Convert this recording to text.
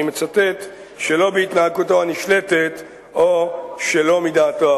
אני מצטט: "שלא בהתנהגותו הנשלטת או שלא מדעתו",